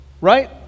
right